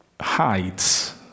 hides